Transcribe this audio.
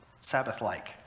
Sabbath-like